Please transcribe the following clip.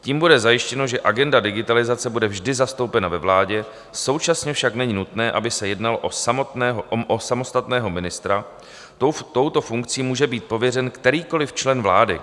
Tím bude zajištěno, že agenda digitalizace bude vždy zastoupena ve vládě, současně však není nutné, aby se jednalo o samostatného ministra, touto funkcí může být pověřen kterýkoliv člen vlády.